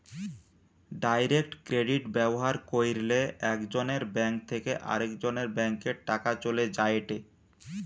direct credit ব্যবহার কইরলে একজনের ব্যাঙ্ক থেকে আরেকজনের ব্যাংকে টাকা চলে যায়েটে